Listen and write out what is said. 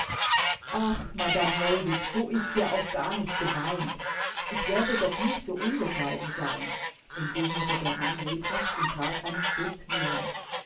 ach madame hellwig so ist's ja auch gar nicht gemeint ich werde doch nicht so unbescheiden sein entgegnete der mann lebhaft und trat einen schritt näher